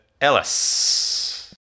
Ellis